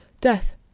death